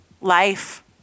life